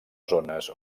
zones